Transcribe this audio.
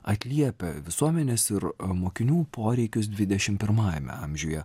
atliepia visuomenės ir mokinių poreikius dvidešim pirmajame amžiuje